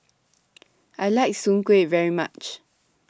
I like Soon Kway very much